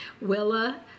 Willa